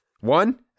One